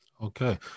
Okay